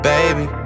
Baby